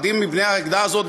אחדים מבני העדה הזאת,